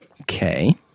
Okay